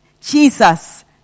Jesus